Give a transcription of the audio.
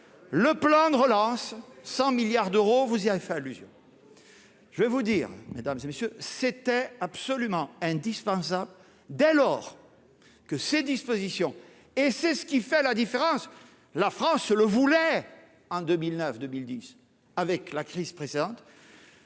le plan de relance 100 milliards d'euros, vous y avez fait allusion. Je vais vous dire mesdames et messieurs, c'était absolument indispensable dès lors que ces dispositions et c'est ce qui fait la différence, la France le voulait, en 2009 2010 avec la crise présente